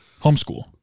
Homeschool